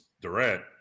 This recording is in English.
Durant